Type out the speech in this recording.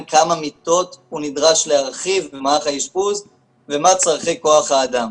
כמה מיטות הוא נדרש להרחיב במערך האשפוז ומה צרכי כוח האדם.